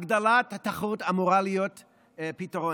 הגדלת התחרות אמורה להיות פתרון.